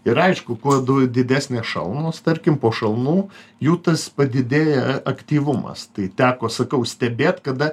ir aišku kuo didesnės šalnos tarkim po šalnų jų tas padidėja aktyvumas tai teko sakau stebėt kada